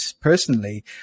Personally